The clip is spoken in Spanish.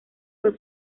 fue